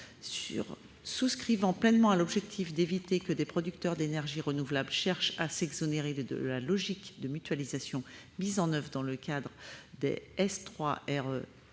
souscrivons pleinement à l'objectif d'éviter que des producteurs d'énergies renouvelables cherchent à s'exonérer de la logique de mutualisation mise en oeuvre dans le cadre des